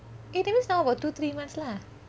eh that means now about two three months lah